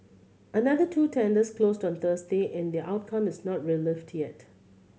another two tenders closed on Thursday and their outcome is not yet